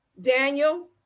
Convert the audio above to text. Daniel